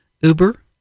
Uber